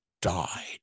died